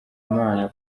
imana